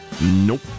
Nope